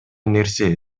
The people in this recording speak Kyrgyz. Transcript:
нерсе